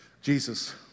Jesus